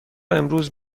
امروز